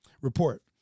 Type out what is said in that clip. report